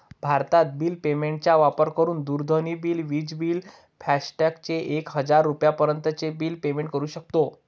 भारतत bill payment चा वापर करून दूरध्वनी बिल, विज बिल, फास्टॅग चे एक हजार रुपयापर्यंत चे बिल पेमेंट करू शकतो